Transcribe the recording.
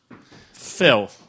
phil